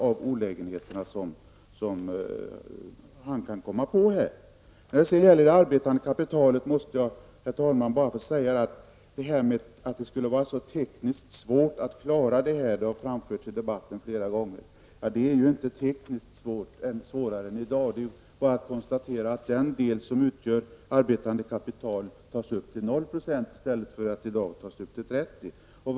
I debatten har sagts att det är så tekniskt svårt att få en rättvis beskattning av det arbetande kapitalet. Men det är faktiskt inte tekniskt svårare än det är i dag. Den del som utgör arbetande kapital tas upp till 0 % i stället för som i dag 30 %.